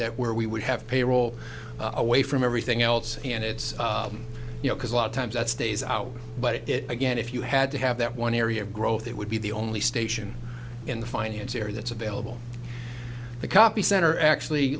that where we would have payroll away from everything else and it's you know because a lot of times that stays out but it again if you had to have that one area of growth it would be the only station in the finance area that's available to copy center actually